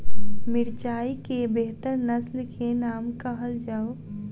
मिर्चाई केँ बेहतर नस्ल केँ नाम कहल जाउ?